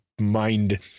Mind